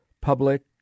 public